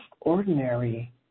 ordinary